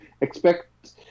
Expect